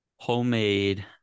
homemade